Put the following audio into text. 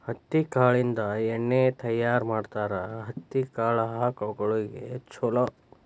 ಹತ್ತಿ ಕಾಳಿಂದ ಎಣ್ಣಿ ತಯಾರ ಮಾಡ್ತಾರ ಹತ್ತಿ ಕಾಳ ಆಕಳಗೊಳಿಗೆ ಚುಲೊ